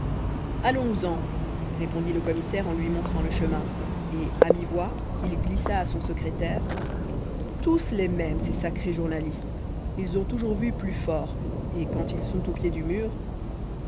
allons-nous-en répondit le commissaire en lui montrant le chemin et à mi-voix il glissa à son secrétaire tous les mêmes ces sacrés journalistes ils ont toujours vu plus fort et quand ils sont au pied du mur